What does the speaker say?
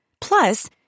Plus